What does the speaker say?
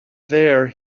there